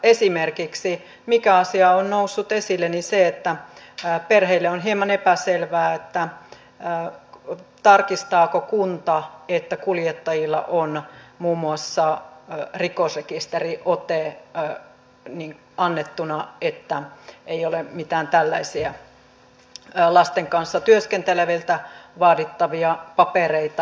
esimerkiksi asia mikä on noussut esille on se että perheille on hieman epäselvää tarkistaako kunta että kuljettajilla on muun muassa rikosrekisteriote annettuna että ei mitään tällaisia lasten kanssa työskenteleviltä vaadittavia papereita puutu